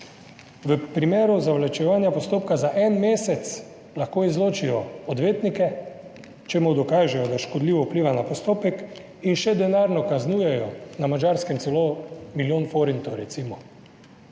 v primeru zavlačevanja postopka za en mesec lahko izločijo odvetnika, če mu dokažejo, da škodljivo vpliva na postopek, in še denarno kaznujejo, na Madžarskem celo milijon forintov, recimo.